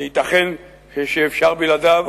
ייתכן שאפשר בלעדיו,